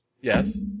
Yes